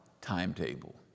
timetable